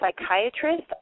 psychiatrist